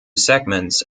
segments